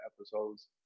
episodes